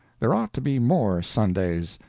there ought to be more sundays.